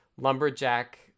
lumberjack